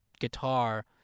guitar